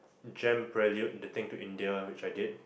gem prelude the thing to India which I did